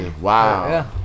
wow